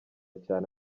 cyane